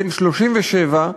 בן 37,